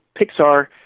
Pixar